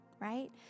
Right